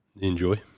enjoy